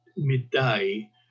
Midday